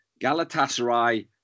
Galatasaray